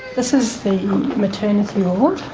this is the maternity ward.